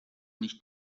nicht